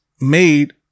made